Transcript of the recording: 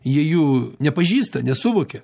jie jų nepažįsta nesuvokia